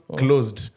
closed